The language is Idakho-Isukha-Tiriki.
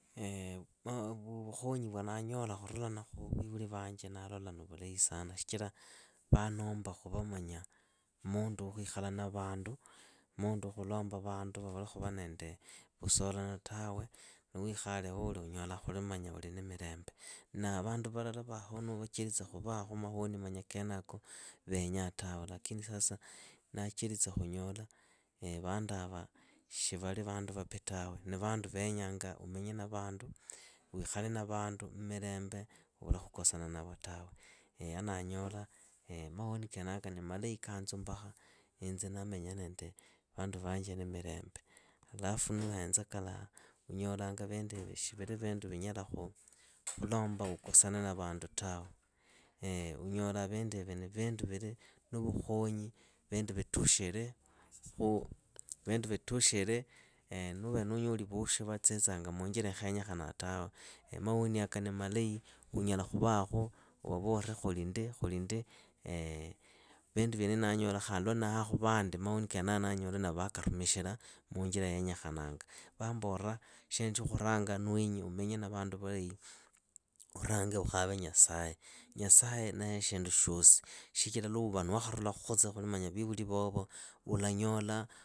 vukhonyi vya ndanyola khurulana khu viivuli vaanje ndalola ni vulahi sana, shichira vaanomba khuva manya mundu wa khuikhala na vandu. mundu wa khuloma vandu vavule khuva nende khusolana tawe, niwikhale wuuli unyola khuli manya uli ni milembe. Na vandu valala vaho nuuchelitsa khuva mahoni manya keenaka veenyaa tawe. Lakini sasa ndaacheritsa khunyola vanduava shi vali vandu vapi tawe, ni vandu venyanga umenye na vandu, wiikhale na vandu na mirembe, uvule khukosana navo tawe andanyola mahoni kenaka ni malahi kaanzumbakha, inze ndamenya nende vandu vanje ni mirembe. Alafu nuuhenza kalaha unyolanga vinduivi shi vili vindu vinyala khulomba ukosane na vandu tawe. unyolaa vinduivi ni vindu vili nu vukhonyi vindu vitushire nuuvere nuunyoli vosho vatsitsanga muunjira ikhenyekhanaa tawe, maoniaka ni malahi, unyala khuvahakhu uvavole kholi ndi kholi ndi. vindu vyenivi ndanyola khandi lwa ndahakhu vandi maoni kenaka ndanyola vaakarumikhila munjira yenyekhananga. Vambora shindu shya khuranga ni wenyi umenye na vandu vulahi urange ukhave nyasaye. Nyasaye naye shindu shyosi. Shichira luuva nuwakharula khutsa khuli manya vivuli vovo ulanyola.